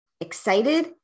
excited